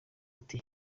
ati